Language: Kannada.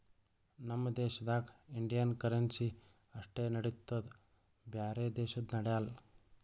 ನಮ್ ದೇಶದಾಗ್ ಇಂಡಿಯನ್ ಕರೆನ್ಸಿ ಅಷ್ಟೇ ನಡಿತ್ತುದ್ ಬ್ಯಾರೆ ದೇಶದು ನಡ್ಯಾಲ್